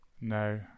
No